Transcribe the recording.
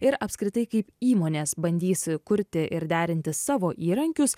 ir apskritai kaip įmonės bandys kurti ir derinti savo įrankius